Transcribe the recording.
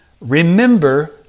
remember